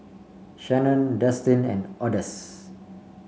shanon Destin and Odus